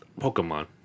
Pokemon